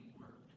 work